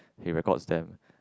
he records them